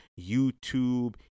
youtube